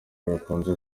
bikunze